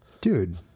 Dude